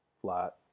Flat